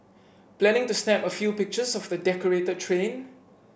planning to snap a few pictures of the decorated train